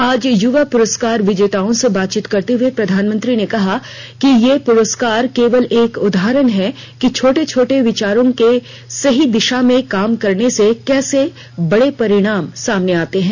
आज युवा पुरस्कार विजेताओं से बातचीत करते हुए प्रधानमंत्री ने कहा कि ये पुरस्कार केवल एक उदाहरण है कि छोटे छोटे विचारों के सही दिशा में काम करने से कैसे बड़े परिणाम आते हैं